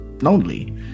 lonely